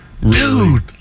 Dude